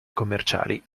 commerciali